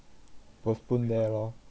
postpone there lor mm